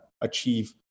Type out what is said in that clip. achieve